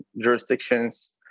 jurisdictions